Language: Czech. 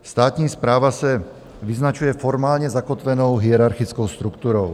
Státní správa se vyznačuje formálně zakotvenou hierarchickou strukturou.